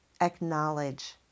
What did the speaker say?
acknowledge